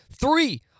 three